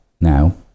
now